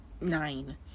nine